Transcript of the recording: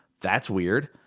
that's weird.